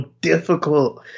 difficult